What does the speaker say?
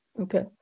Okay